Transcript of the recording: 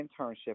internship